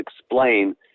explain